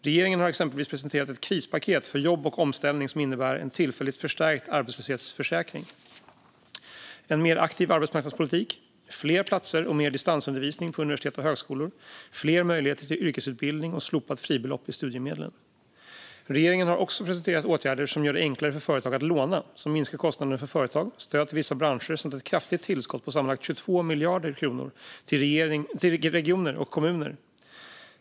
Regeringen har exempelvis presenterat ett krispaket för jobb och omställning som innebär en tillfälligt förstärkt arbetslöshetsförsäkring, en mer aktiv arbetsmarknadspolitik, fler platser och mer distansundervisning på universitet och högskolor, fler möjligheter till yrkesutbildning och slopat fribelopp i studiemedlen. Regeringen har också presenterat åtgärder som gör det enklare för företag att låna och som minskar kostnader för företag, stöd till vissa branscher samt ett kraftigt tillskott på sammanlagt 22 miljarder kronor till regioner och kommuner.